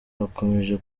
bakomeje